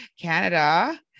Canada